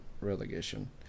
relegation